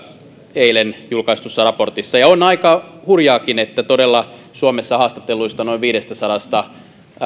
eilen julkaistussa raportissa ja on aika hurjaakin että todella suomessa haastatelluista noin viidestäsadasta